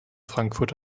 frankfurt